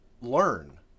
learn